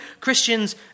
Christians